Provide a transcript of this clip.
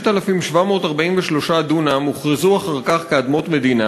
5,743 דונם הוכרזו אחר כך כאדמות מדינה